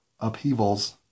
Upheavals